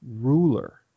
ruler